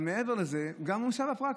מעבר לזה, גם במצב הפרקטי,